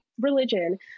religion